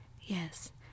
Yes